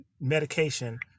medication